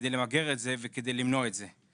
כדי למגר את זה וכדי למנוע את זה.